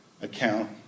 account